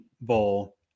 Bowl